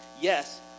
Yes